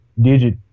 digit